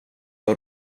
har